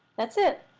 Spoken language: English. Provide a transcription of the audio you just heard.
that's it.